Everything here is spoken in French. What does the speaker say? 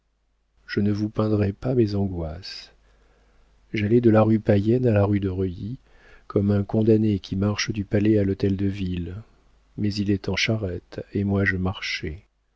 je ne vous peindrai pas mes angoisses j'allai de la rue payenne à la rue de reuilly comme un condamné qui marche du palais à l'hôtel de ville mais il est en charrette et moi je marchais